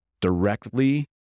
directly